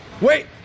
Wait